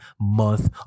month